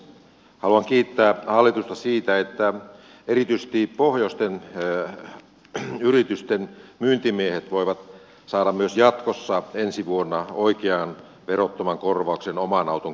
haluan kiittää hallitusta siitä että erityisesti pohjoisten yritysten myyntimiehet voivat saada myös jatkossa ensi vuonna oikean verottoman korvauksen oman auton käytöstä